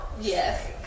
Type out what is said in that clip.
Yes